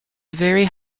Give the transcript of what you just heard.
very